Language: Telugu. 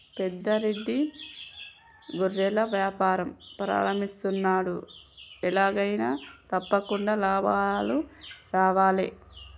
పెద్ద రెడ్డి గొర్రెల వ్యాపారం ప్రారంభిస్తున్నాడు, ఎలాగైనా తప్పకుండా లాభాలు రావాలే